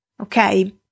Okay